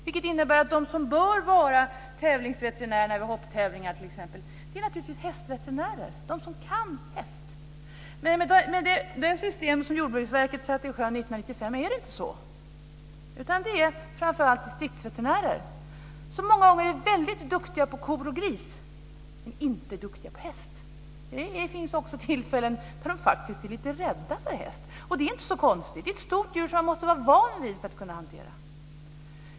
Det innebär att de som bör vara tävlingsveterinärer vid hopptävlingar t.ex. naturligtvis är hästveterinärer - de som kan häst! Men med det system som Jordbruksverket satte i sjön 1995 är det inte så, utan det är framför allt distriktsveterinärer. De är många gånger väldigt duktiga på ko och gris, men inte duktiga på häst. Det finns också tillfällen där de faktiskt är lite rädda för hästar - och det är inte så konstigt. Hästen är ett stort djur som man måste vara van vid för att kunna hantera.